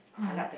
mm